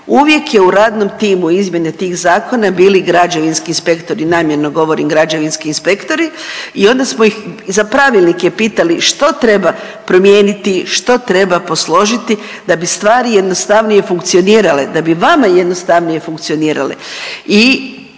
uvijek je u radnom timu izmjene tih zakona bili građevinski inspektori namjerno govorim građevinski inspektori i onda smo ih za pravilnike pitali što treba promijeniti, što treba posložiti da bi stvari jednostavnije funkcionirale, da bi vama jednostavnije funkcionirale.